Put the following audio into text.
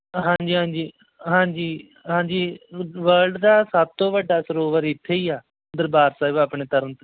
ਹਾਂਜੀ ਹਾਂਜੀ ਹਾਂਜੀ ਹਾਂਜੀ ਵਰਲਡ ਦਾ ਸਭ ਤੋਂ ਵੱਡਾ ਸਰੋਵਰ ਇੱਥੇ ਹੀ ਆ ਦਰਬਾਰ ਸਾਹਿਬ ਆਪਣੇ ਤਰਨ